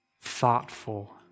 thoughtful